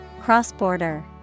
Cross-border